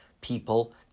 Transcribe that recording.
people